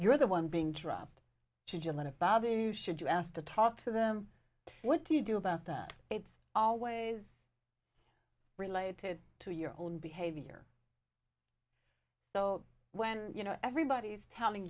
you're the one being dropped just let it bother you should you ask to talk to them what do you do about that it's always related to your own behavior so when you know everybody's telling